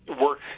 work